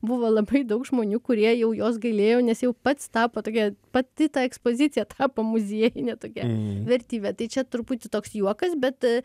buvo labai daug žmonių kurie jau jos gailėjo nes jau pats tapo tokia pati ta ekspozicija tapo muziejinė tokia vertybė tai čia truputį toks juokas bet